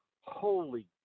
holy –